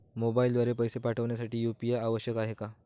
मोबाईलद्वारे पैसे पाठवण्यासाठी यू.पी.आय आवश्यक आहे का?